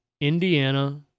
Indiana